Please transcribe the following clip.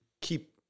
keep